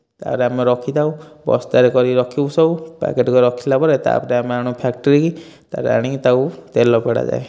ତା'ପରେ ଆମେ ରଖିଥାଉ ବସ୍ତାରେ କରି ରଖିବୁ ସବୁ ପ୍ୟାକେଟ କରି ରଖିଲାପରେ ତାପରେ ଆମେ ଆଣୁ ଫାକ୍ଟ୍ରି କି ତାପରେ ଆଣିକି ତାକୁ ତେଲ ପେଡ଼ାଯାଏ